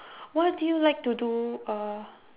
what do you like to do uh